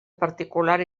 particular